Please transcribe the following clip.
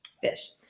Fish